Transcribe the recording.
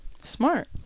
Smart